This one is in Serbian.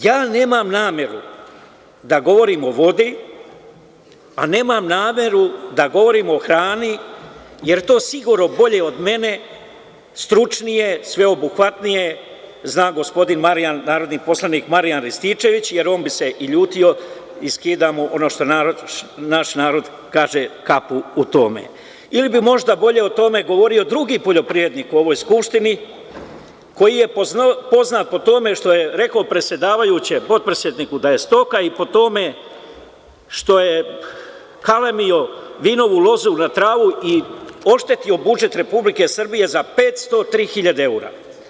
Ja nemam nameru da govorim o vodi, a nemam nameru da govorim o hrani, jer to sigurno bolje od mene, stručnije, sveobuhvatnije, zna gospodin Marijan Rističević, narodni poslanik, jer on bi se i ljutio i skidam mu, ono što naš narod kaže, kapu u tome ili bi možda bolje o tome govorio drugi poljoprivrednik u ovoj Skupštini, koji je poznat po tome što je rekao predsedavajućem, potpredsedniku da je stoka i po tome što je kalemio vinovu lozu na travu i oštetio budžet Republike Srbije za 503 hiljade evra.